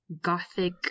gothic